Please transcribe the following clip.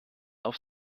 auf